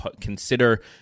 consider